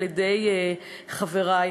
על-ידי חברי,